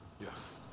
Yes